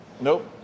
Nope